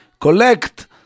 collect